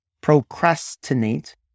Procrastinate